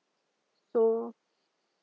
so